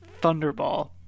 Thunderball